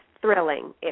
thrilling